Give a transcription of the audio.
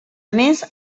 més